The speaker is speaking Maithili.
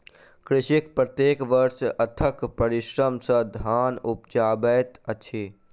कृषक प्रत्येक वर्ष अथक परिश्रम सॅ धान उपजाबैत अछि